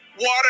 Water